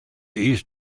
east